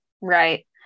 Right